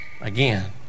again